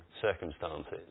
circumstances